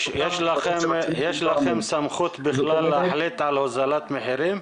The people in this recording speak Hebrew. יש לכם סמכות בכלל להחליט על הוזלת מחירים?